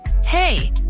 Hey